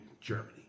Germany